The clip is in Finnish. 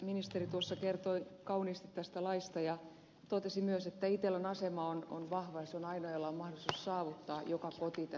ministeri tuossa kertoi kauniisti tästä laista ja totesi myös että itellan asema on vahva ja se on ainoa jolla on mahdollisuus saavuttaa joka koti tässä maassa